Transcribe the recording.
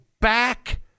back